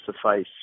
suffice